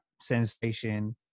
sensation